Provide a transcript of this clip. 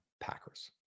Packers